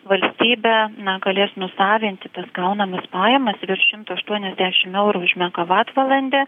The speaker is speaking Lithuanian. valstybė na galės nusavinti tas gaunamas pajamas virš šimto aštuoniasdešim eurų už megavatvalandę